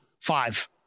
five